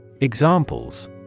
Examples